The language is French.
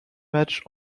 match